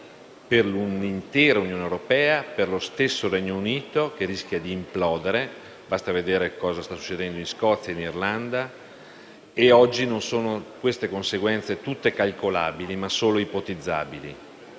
per l'Unione europea e per lo stesso Regno Unito, che rischia di implodere (basta vedere cosa sta accadendo in Scozia e in Irlanda), che non sono oggi totalmente calcolabili ma solo ipotizzabili.